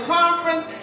conference